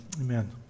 Amen